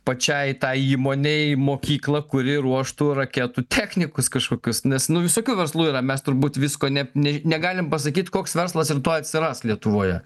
pačiai tai įmonei mokyklą kuri ruoštų raketų technikus kažkokius nes nu visokių verslų yra mes turbūt visko ne ne negalim pasakyt koks verslas rytoj atsiras lietuvoje